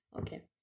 Okay